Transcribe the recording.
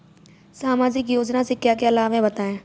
सामाजिक योजना से क्या क्या लाभ हैं बताएँ?